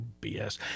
BS